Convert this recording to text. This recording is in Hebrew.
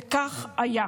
וכך היה.